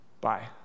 Bye